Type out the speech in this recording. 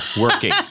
working